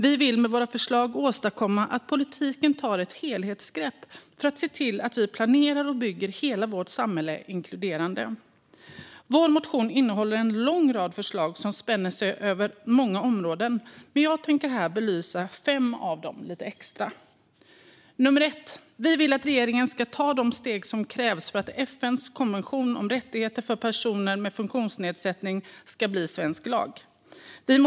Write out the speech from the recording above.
Vi vill med våra förslag åstadkomma att politiken tar ett helhetsgrepp för att se till att man planerar och bygger hela samhället inkluderande. Vår motion innehåller en lång rad förslag som spänner över många områden, men jag tänker här belysa fem av dem lite extra. För det första vill vi att regeringen ska ta de steg som krävs för att FN:s konvention om rättigheter för personer med funktionsnedsättning ska bli svensk lag.